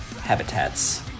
habitats